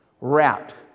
wrapped